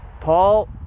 Paul